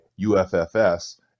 UFFS